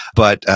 but,